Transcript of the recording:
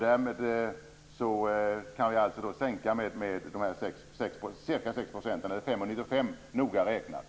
Således kan vi sänka med 6 %, eller med 5,95 % noga räknat.